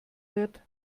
wird